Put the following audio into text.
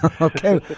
Okay